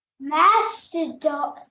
Mastodon